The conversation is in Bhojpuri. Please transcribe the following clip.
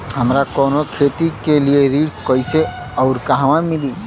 हमरा कवनो खेती के लिये ऋण कइसे अउर कहवा मिली?